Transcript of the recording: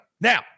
Now